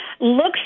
looks